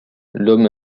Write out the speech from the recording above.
l’homme